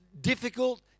difficult